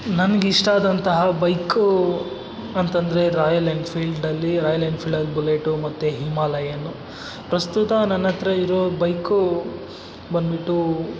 ನನ್ಗೆ ಇಷ್ಟಾದಂತಹ ಬೈಕೂ ಅಂತಂದರೆ ರಾಯಲ್ ಎನ್ಫೀಲ್ಡಲ್ಲಿ ರಾಯಲ್ ಎನ್ಫೀಲ್ಡಲ್ಲಿ ಬುಲೇಟು ಮತ್ತು ಹಿಮಾಲಯನು ಪ್ರಸ್ತುತ ನನ್ನ ಹತ್ರ ಇರೋ ಬೈಕೂ ಬಂದ್ಬಿಟ್ಟು